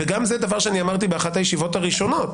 וגם זה דבר שאמרתי באחת הישיבות הראשונות,